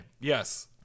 Yes